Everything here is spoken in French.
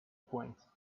pointe